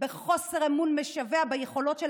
בחוסר אמון משווע ביכולות של